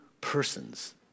persons